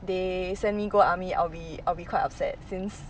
they send me go army I'll be I'll be quite upset since